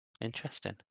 interesting